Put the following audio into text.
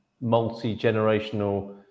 multi-generational